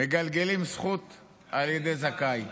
מגלגלים זכות על ידי זכאי.